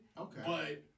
Okay